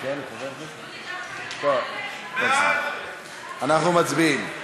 אנחנו מצביעים.